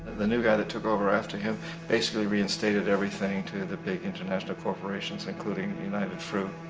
the new guy that took over after him basically reinstated everything to the big international corporations, including and united fruit.